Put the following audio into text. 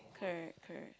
correct correct